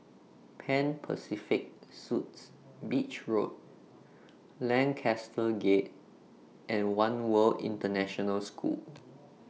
Pan Pacific Suites Beach Road Lancaster Gate and one World International School